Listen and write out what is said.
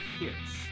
hits